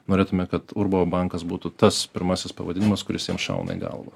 norėtume kad urbo bankas būtų tas pirmasis pavadinimas kuris jam šauna į galvą